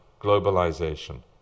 globalization